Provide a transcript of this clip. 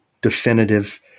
definitive